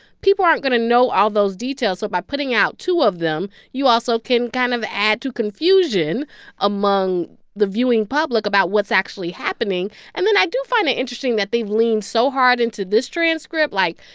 people aren't going to know all those details, so by putting out two of them, you also can kind of add to confusion among the viewing public about what's actually happening and then i do find it interesting that they've leaned so hard into this transcript. like,